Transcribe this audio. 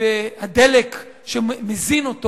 והדלק שמזין אותו,